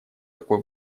такой